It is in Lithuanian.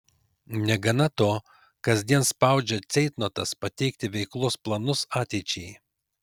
negana to kasdien spaudžia ceitnotas pateikti veiklos planus ateičiai